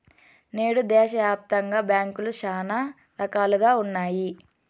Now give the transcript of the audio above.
నేడు దేశాయాప్తంగా బ్యాంకులు శానా రకాలుగా ఉన్నాయి